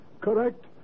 correct